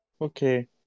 Okay